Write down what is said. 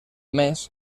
més